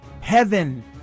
Heaven